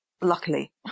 luckily